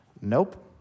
nope